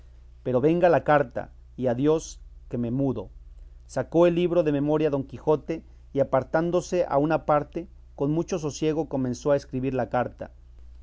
pero venga la carta y a dios que me mudo sacó el libro de memoria don quijote y apartándose a una parte con mucho sosiego comenzó a escribir la carta